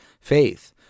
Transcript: faith